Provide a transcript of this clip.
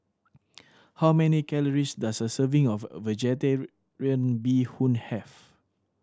how many calories does a serving of Vegetarian Bee Hoon have